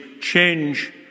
change